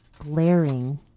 glaring